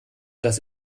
dass